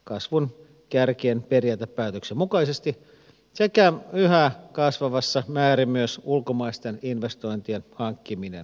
kasvun kärkien periaatepäätöksen mukaisesti sekä yhä kasvavassa määrin myös ulkomaisten investointien hankkiminen